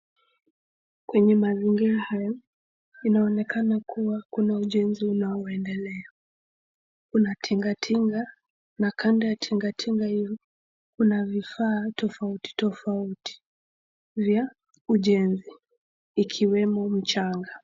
Kwenye mazingira haya inaonekana kuwa kuna ujenzi unaoendelea. Kuna tingatinga na kando ya tingatinga hili kuna vifaa tofauti tofauti vya ujenzi ikiwemo mchanga.